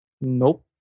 Nope